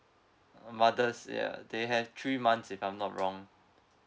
mothers ya they have three months if I'm not wrong